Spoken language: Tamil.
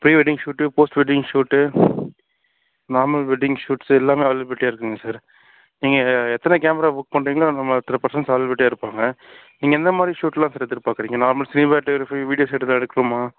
free wedding shoot post wedding shoot normal wedding shoots எல்லாம் அவைலபிலிட்டியாக இருக்குங்க சார் நீங்கள் எத்தனை கேமரா புக் பண்ணுறீங்களோ அத்தனை பசங்கள் அவைலபிலிட்டியாக இருப்பாங்க நீங்கள் எந்த மாதிரி ஷூட்லாம் சார் எதிர்பார்க்குறிங்க நார்மல் சினிமாட்டோகிராபி இருக்கு வீடியோ ஷூட்டாக எடுக்கணுமா